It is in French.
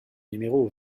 numéro